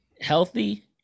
healthy